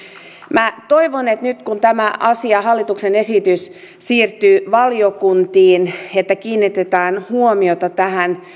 minä toivon että nyt kun tämä asia hallituksen esitys siirtyy valiokuntiin niin kiinnitetään huomiota